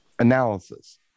Analysis